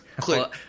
Click